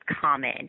common